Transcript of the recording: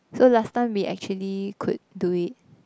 so last time we actually could do it